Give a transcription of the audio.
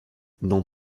dans